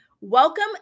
Welcome